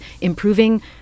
improving